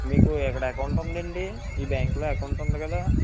మీకు ఎక్కడ అకౌంటు ఉంది అండి ఈ బ్యాంక్లో అకౌంటు ఉంది కదా